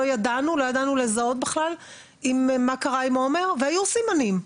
לא ידענו לזהות בכלל מה קרה עם עומר והיו סימנים,